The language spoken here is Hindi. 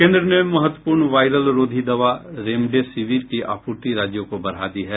केंद्र ने महत्वपूर्ण वाइरल रोधी दवा रेमडेसिविर की आपूर्ति राज्यों को बढ़ा दी है